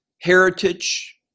heritage